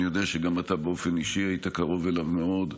אני יודע שגם אתה באופן אישי היית קרוב אליו מאוד,